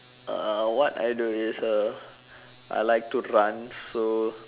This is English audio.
uh what I do is uh I like to run so